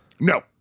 No